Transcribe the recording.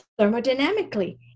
thermodynamically